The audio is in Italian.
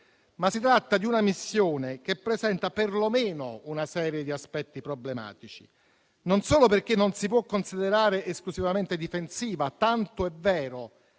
ma si tratta di una missione che presenta perlomeno una serie di aspetti problematici, non solo perché non si può considerare esclusivamente difensiva, tanto è vero